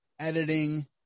editing